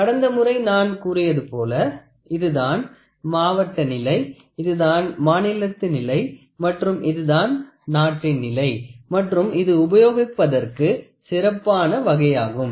கடந்த முறை நான் கூறியது போல இதுதான் மாவட்ட நிலை இதுதான் மாநிலத்து நிலை மற்றும் இதுதான் நாட்டின் நிலை மற்றும் இது உபயோகிப்பதற்கு சிறப்பான வகையாகும்